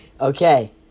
Okay